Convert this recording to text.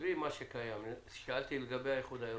עזבי מה שקיים, שאלתי לגבי האיחוד האירופי.